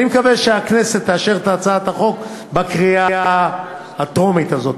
אני מקווה שהכנסת תאשר את הצעת החוק בקריאה הטרומית הזאת.